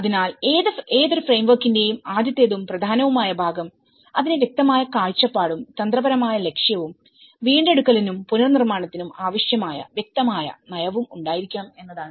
അതിനാൽ ഏതൊരു ഫ്രെയിംവർക്കിന്റെയും ആദ്യത്തേതും പ്രധാനവുമായ ഭാഗം അതിന് വ്യക്തമായ കാഴ്ചപ്പാടുംതന്ത്രപരമായ ലക്ഷ്യവുംവീണ്ടെടുക്കലിനും പുനർനിർമ്മാണത്തിനും ആവശ്യമായ വ്യക്തമായ നയവും ഉണ്ടായിരിക്കണം എന്നതാണ്